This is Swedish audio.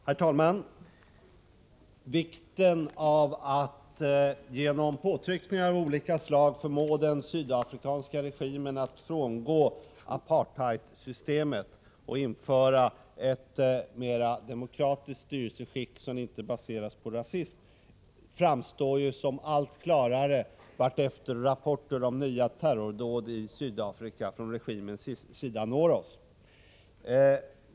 Herr talman! Vikten av att genom påtryckningar av olika slag förmå den sydafrikanska regimen att frångå apartheidsystemet och införa ett mera demokratiskt styrelseskick som inte baseras på rasism framstår som allt klarare vartefter rapporter når oss om nya terrordåd i Sydafrika från regimens sida.